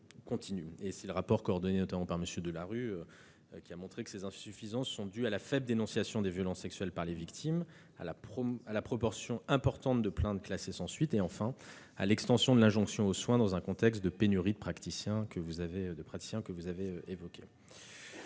Le rapport coordonné par M. Delarue a montré que ces insuffisances sont dues à la faible dénonciation des violences sexuelles par les victimes, à la proportion importante de plaintes classées sans suite et à l'extension de l'injonction de soins dans un contexte de pénurie de praticiens, vous l'avez évoqué.